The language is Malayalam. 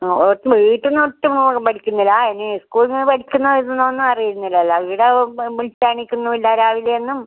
ആ ഓൻ ഒട്ടും വീട്ടിൽ നിന്ന് ഒട്ടും പഠിക്കുന്നില്ല ഇനി സ്കൂൾളിൽ നിന്ന് പഠിക്കുന്നോ എഴുതുന്നോ എന്നൊന്നും അറിയുന്നില്ലല്ലോ ഈട വിളിച്ചാൽ എണീക്കുന്നും ഇല്ല രാവിലെ ഒന്നും